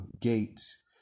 gates